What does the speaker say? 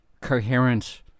coherent